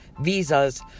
visas